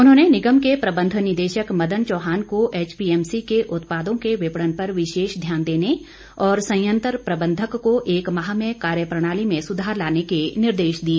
उन्होंने निगम के प्रबंध निदेशक मदन चौहान को एचपीएमसी के उत्पादों के विपणन पर विशेष ध्यान देने और संयंत्र प्रबंधक को एक माह में कार्य प्रणाली में सुधार लाने के निर्देश दिए